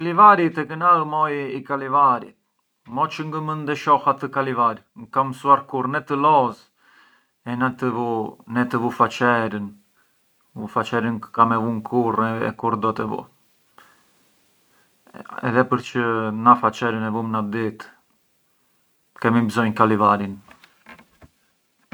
Ngë më përqen ne u museu e nemanku u zoo, na kit skartarja forsi të thëshja u museu però… përçë u zoo jam propria contra, ngë jam dakordhu me i zoo, përçë animejt i sfrutarjën e gjithë, inveci u museu vabbè, dipendi si jan burë, però i musei çë kam parë u kan klënë sempri stagnanti, cioè esperienze një skaj nujuse.